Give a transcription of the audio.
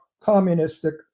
communistic